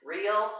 Real